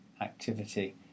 activity